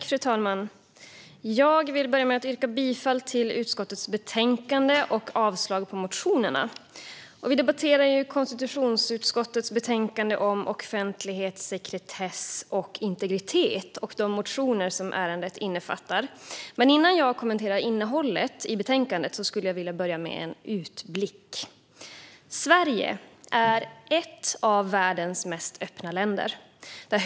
Fru talman! Jag vill börja med att yrka bifall till utskottets förslag i betänkandet och avslag på motionerna. Vi debatterar konstitutionsutskottets betänkande om offentlighet, sekretess och integritet och de motioner som ärendet innefattar. Men innan jag kommenterar innehållet i betänkandet skulle jag vilja börja med en utblick. Sverige är ett av världens mest öppna länder.